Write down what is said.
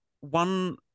one